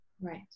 right